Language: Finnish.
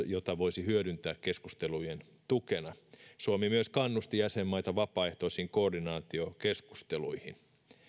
jota voisi hyödyntää keskustelujen tukena suomi myös kannusti jäsenmaita vapaaehtoisiin koordinaatiokeskusteluihin